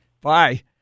Bye